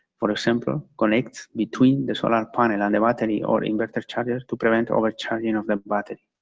for example, connects between the solar panel and the battery or inverter charger to prevent overcharging of the battery.